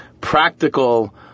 practical